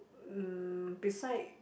mm beside